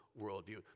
worldview